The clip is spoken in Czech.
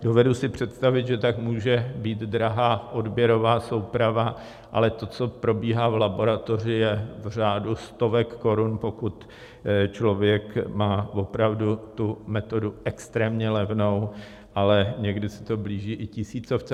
Dovedu si představit, že tak může být drahá odběrová souprava, ale to, co probíhá v laboratoři, je v řádu stovek korun, pokud člověk má opravdu tu metodu extrémně levnou, ale někdy se to blíží i tisícovce.